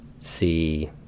see